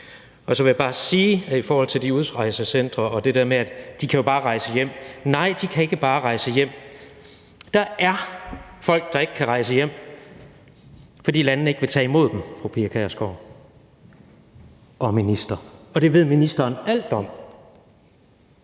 Så vil jeg bare sige i forhold til de udrejsecentre og det der med, at de jo bare kan rejse hjem, at nej, de kan ikke bare rejse hjem. Der er folk, der ikke kan rejse hjem, fordi landene ikke vil tage imod dem, fru Pia Kjærsgaard og hr. minister, og det ved ministeren alt om.